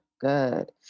Good